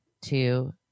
two